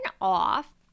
off